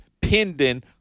pending